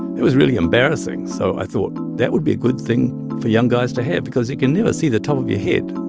it was really embarrassing. so i thought, that would be a good thing for young guys to have because you can never see the top of your head.